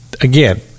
Again